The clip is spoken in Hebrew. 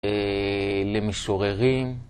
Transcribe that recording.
אה.... למשוררים.